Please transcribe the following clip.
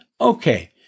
Okay